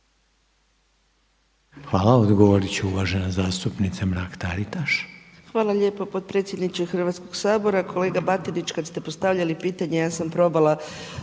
Hvala. Odgovorit će uvažena zastupnica Mrak-Taritaš. **Mrak-Taritaš, Anka (HNS)** Hvala lijepa Potpredsjedniče Hrvatskog sabora! Kolega Batinić, kad ste postavljali pitanje ja sam probala